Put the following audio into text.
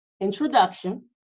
introduction